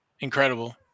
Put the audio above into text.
Incredible